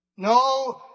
No